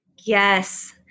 Yes